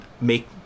make